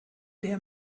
der